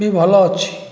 ବି ଭଲ ଅଛି